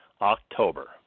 October